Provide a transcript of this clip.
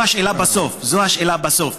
זו השאלה בסוף, זו השאלה בסוף.